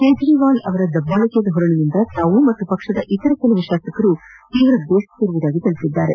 ಕೇಜ್ರವಾಲ್ ಅವರು ದಬ್ಬಾಳಕೆ ಧೋರಣೆಯಿಂದ ತಾವು ಹಾಗೂ ಪಕ್ಷದ ಇತರ ಕೆಲವು ಶಾಸಕರು ತೀವ್ರ ಬೇಸತ್ತಿರುವುದಾಗಿ ತಿಳಿಸಿದ್ದಾರೆ